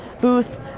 booth